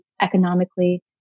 economically